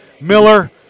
miller